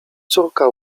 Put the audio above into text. córka